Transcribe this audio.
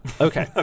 Okay